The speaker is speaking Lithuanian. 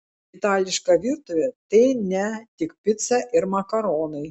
itališka virtuvė tai ne tik pica ir makaronai